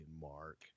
mark